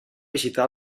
visitar